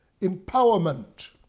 empowerment